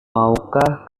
maukah